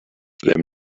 them